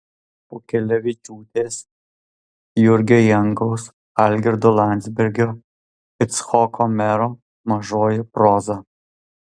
pukelevičiūtės jurgio jankaus algirdo landsbergio icchoko mero mažoji proza